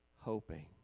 hoping